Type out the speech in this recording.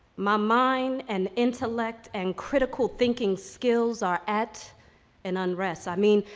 my mind and intellect and critical thinking skills are at an unrest. i mean,